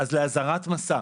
אז לאזהרת המסע.